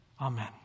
amen